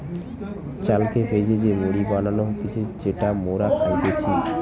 চালকে ভেজে যে মুড়ি বানানো হতিছে যেটা মোরা খাইতেছি